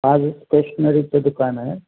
हा हे स्टेशनरीचं दुकान आहे